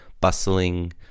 bustling